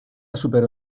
superó